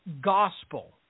gospel